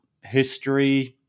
history